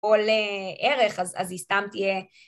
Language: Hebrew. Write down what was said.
‫או ל...ערך, אז-אז היא סתם תהיה...